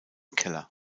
keller